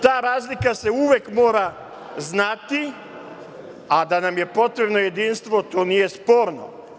Ta razlika se uvek mora znati, a da nam je potrebno jedinstvo, to nije sporno.